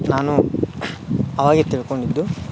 ನಾನು ಅವಾಗೆ ತಿಳ್ಕೊಂಡಿದ್ದು